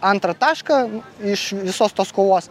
antrą tašką iš visos tos kovos